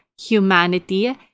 humanity